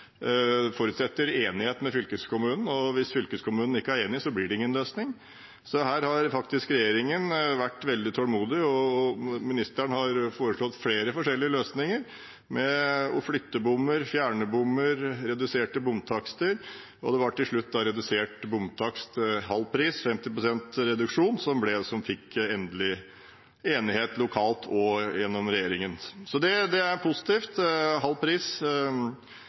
forutsetter enighet med fylkeskommunen, og hvis fylkeskommunen ikke er enig, blir det ingen løsning. Så her har faktisk regjeringen vært veldig tålmodig. Ministeren har foreslått flere forskjellige løsninger: å flytte bommer, fjerne bommer, reduserte bomtakster. Det var til slutt redusert bomtakst – halv pris, 50 pst. reduksjon – som det endelig ble enighet om, lokalt og med regjeringen. Så det er positivt. Halv pris